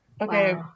Okay